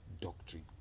doctrine